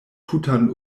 tutan